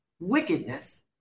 wickedness